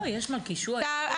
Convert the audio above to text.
לא, יש "מלכישוע", יש כל מיני.